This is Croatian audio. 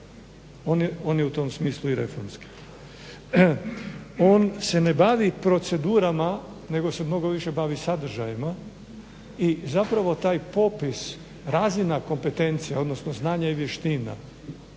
on je u tom smislu i reformski. On se ne bavi procedurama, nego se mnogo više bavi sadržajima i zapravo taj popis razina kompetencija, odnosno znanja i vještina